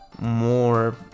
more